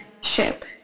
ship